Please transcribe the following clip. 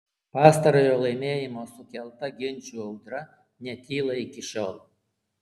pastarojo laimėjimo sukelta ginčų audra netyla iki šiol